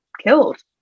killed